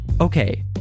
Okay